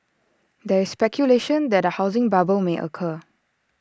there is speculation that A housing bubble may occur